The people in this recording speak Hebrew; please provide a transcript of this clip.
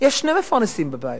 כשיש שני מפרנסים בבית,